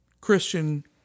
Christian